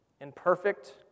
imperfect